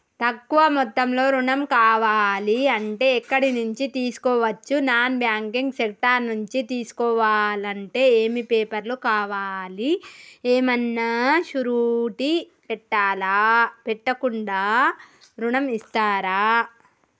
తక్కువ మొత్తంలో ఋణం కావాలి అంటే ఎక్కడి నుంచి తీసుకోవచ్చు? నాన్ బ్యాంకింగ్ సెక్టార్ నుంచి తీసుకోవాలంటే ఏమి పేపర్ లు కావాలి? ఏమన్నా షూరిటీ పెట్టాలా? పెట్టకుండా ఋణం ఇస్తరా?